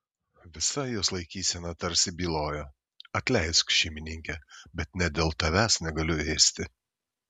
visa jos laikysena tarsi bylojo atleisk šeimininke bet net dėl tavęs negaliu ėsti